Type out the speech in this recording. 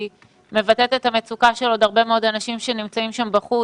מבטאת את המצוקה של הרבה מאוד אנשים שנמצאים שם בחוץ.